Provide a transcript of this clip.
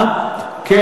פעם זה היה חודש וחצי.